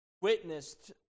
witnessed